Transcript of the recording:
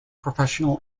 professional